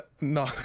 No